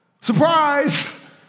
Surprise